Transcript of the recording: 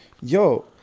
yo